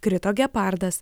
krito gepardas